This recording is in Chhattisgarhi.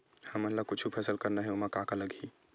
हमन ला कुछु फसल करना हे ओमा का का लगही?